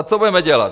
Co budeme dělat?